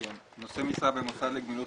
83.אחריות נושא משרה בתאגיד נושא משרה במוסד לגמילות